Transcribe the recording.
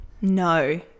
No